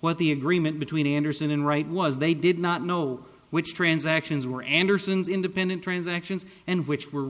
what the agreement between andersen and right was they did not know which transactions were anderson's independent transactions and which were